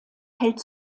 hält